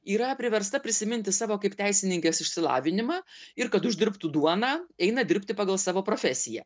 yra priversta prisiminti savo kaip teisininkės išsilavinimą ir kad uždirbtų duoną eina dirbti pagal savo profesiją